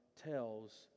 Tells